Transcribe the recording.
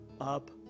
up